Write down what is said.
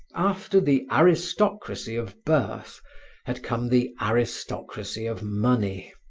after the aristocracy of birth had come the aristocracy of money.